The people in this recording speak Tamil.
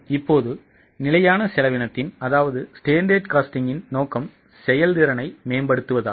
இப்போது நிலையான செலவினத்தின் நோக்கம் செயல்திறனை மேம்படுத்துவதாகும்